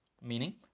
meaning